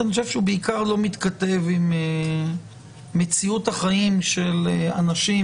אני חושב שהוא בעיקר לא מתכתב עם מציאות החיים של אנשים